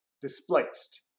displaced